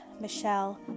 Michelle